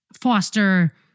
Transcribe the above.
foster